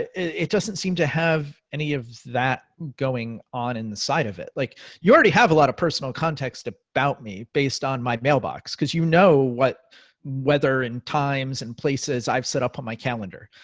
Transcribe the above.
it doesn't seem to have any of that going on in the side of it. like you already have a lot of personal context about me based on my mailbox. cause you know what weather and times and places, i've set up on my calendar.